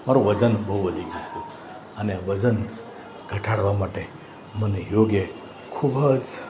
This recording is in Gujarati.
મારું વજન બહુ વધી ગયું હતું અને વજન ઘટાડવા માટે મને યોગે ખૂબ જ